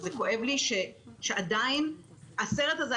הסרט הזה,